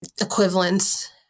equivalent